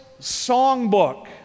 songbook